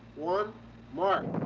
one mark.